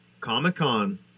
Comic-Con